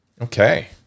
Okay